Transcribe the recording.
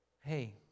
hey